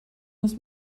muss